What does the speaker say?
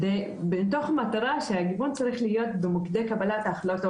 מתוך מטרה שהגיוון צריך להיות במוקדי קבלת ההחלטות,